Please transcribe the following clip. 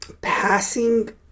passing